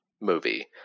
movie